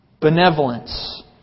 benevolence